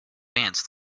ants